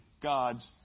God's